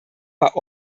war